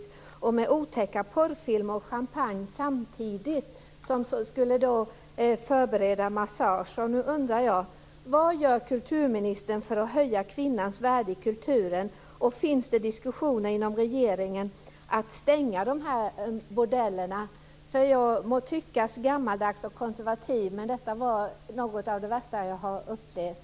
Samtidigt visades otäcka porrfilmer och serverades champagne som förberedelse för massage. Nu undrar jag: Vad gör kulturministern för att höja kvinnans värde i kulturen? Förs det diskussioner inom regeringen om att stänga dessa bordeller? Jag må tyckas vara gammaldags och konservativ, men detta var något av det värsta jag har upplevt.